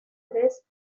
tres